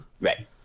Right